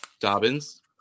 Dobbins